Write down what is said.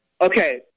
Okay